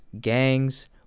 gangs